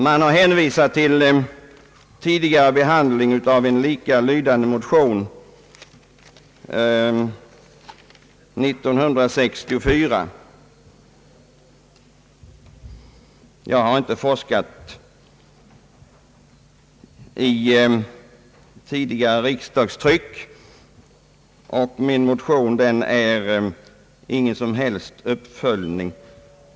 Utskottet hänvisar till tidigare behandling av en likalydande motion år 1964. Jag har inte forskat i tidigare riksdagstryck, och min motion är ingen som helst uppföljning.